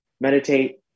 meditate